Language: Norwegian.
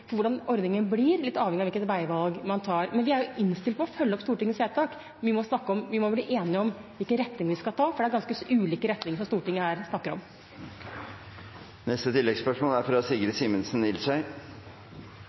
for hvordan ordningen blir, litt avhengig av hvilket veivalg man tar. Vi er innstilt på å følge opp Stortingets vedtak – men vi må bli enig om hvilken retning vi skal ta, for det er ganske ulike retninger som Stortinget her snakker om.